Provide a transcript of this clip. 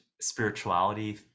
spirituality